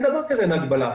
אין דבר כזה שאין הגבלה.